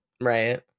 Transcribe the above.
right